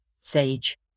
sage